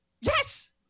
Yes